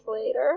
later